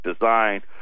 design